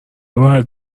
باید